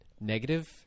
negative